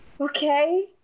Okay